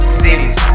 cities